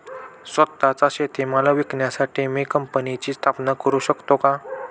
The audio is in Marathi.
स्वत:चा शेतीमाल विकण्यासाठी मी कंपनीची स्थापना करु शकतो का?